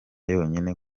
yonyine